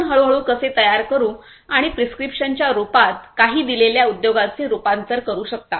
आपण हळूहळू कसे तयार करू आणि प्रिस्क्रिप्शनच्या रूपात काही दिलेल्या उद्योगाचे रूपांतर करू शकता